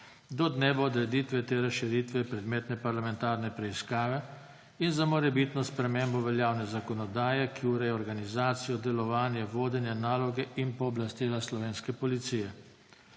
do dneva odreditve te razširitve predmetne parlamentarne preiskave in za morebitno spremembo veljavne zakonodaje, ki ureja organizacijo, delovanje, vodenje, naloge in pooblastila slovenske policije.